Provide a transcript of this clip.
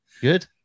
Good